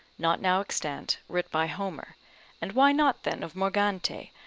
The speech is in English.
not now extant, writ by homer and why not then of morgante,